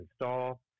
install